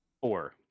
Four